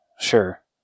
Sure